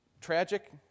Tragic